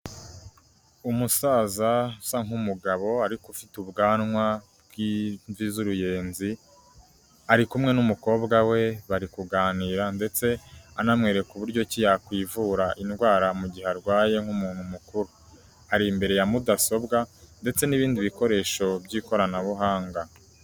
Umusaza usa nk'umugabo ariko ufite ubwanwa bw'mvi z'uruyenzi , ari kumwe n'umukobwa we bari kuganira ndetse anamwereka uburyo yakwivura indwara mu gihe arwaye nk'umuntu mukuru. Ari imbere ya mudasobwa ndetse n'ibindi bikoresho by'ikoranabuhanga.